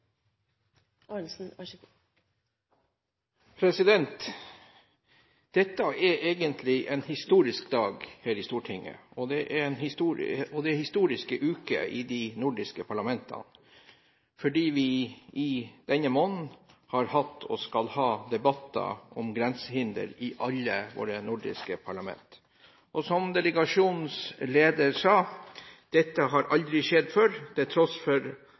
det er historiske uker i de nordiske parlamentene, fordi vi denne måneden har hatt – og skal ha – debatter om grensehinder i alle våre nordiske parlament. Som delegasjonens leder sa: Dette har aldri skjedd før, til tross for